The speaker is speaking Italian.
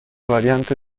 variante